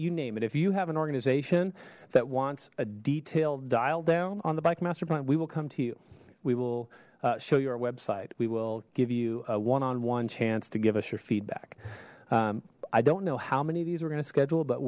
you name it if you have an organization that wants a detailed aisle down on the bike master plan we will come to you we will show you our website we will give you a one on one chance to give us your feedback i don't know how many of these we're gonna schedule but